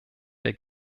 der